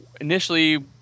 initially